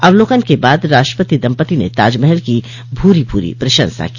अवलोकन के बाद राष्ट्रपति दम्पत्ति ने ताजमहल की भूरि भूरि प्रशंसा की